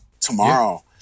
tomorrow